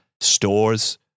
stores